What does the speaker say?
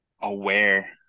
aware